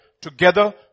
together